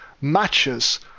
matches